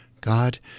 God